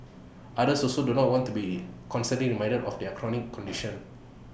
others also do not want to be constantly reminded of their chronic condition